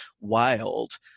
wild